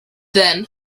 then